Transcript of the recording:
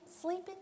sleeping